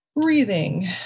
breathing